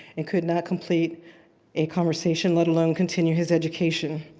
and could not complete a conversation, let alone continue his education.